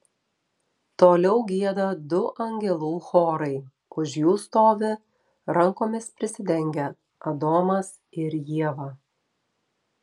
toliau gieda du angelų chorai už jų stovi rankomis prisidengę adomas ir ieva